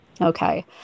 okay